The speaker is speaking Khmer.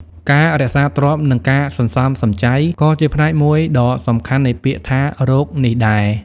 ការរក្សាទ្រព្យ និងការសន្សំសំចៃ ក៏ជាផ្នែកមួយដ៏សំខាន់នៃពាក្យថា «រក» នេះដែរ។